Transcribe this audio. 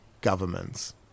governments